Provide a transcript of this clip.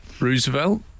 Roosevelt